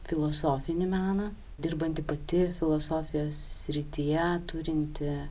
filosofinį meną dirbanti pati filosofijos srityje turinti